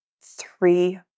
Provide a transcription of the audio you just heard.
three